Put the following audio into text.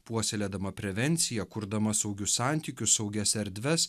puoselėdama prevenciją kurdama saugius santykius saugias erdves